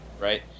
Right